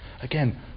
Again